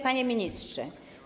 Panie Ministrze!